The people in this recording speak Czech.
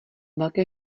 velké